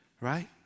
right